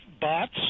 bots